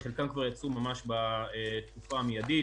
וחלקם כבר יצאו ממש בתקופה המידית,